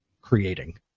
creating